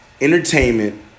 entertainment